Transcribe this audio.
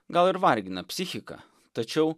gal ir vargina psichiką tačiau